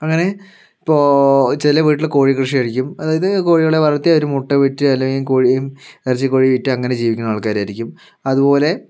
അങ്ങനെ ഇപ്പോൾ ചില വീട്ടിൽ കോഴിക്കൃഷി ആയിരിക്കും അതായത് കോഴികളെ വളർത്തി അവർ മുട്ട വിറ്റ് അല്ലെങ്കിൽ കോഴിയും ഇറച്ചിക്കോഴി വിറ്റ് അങ്ങനെ ജീവിക്കുന്ന ആൾക്കാർ ആയിരിക്കും അതുപോലെ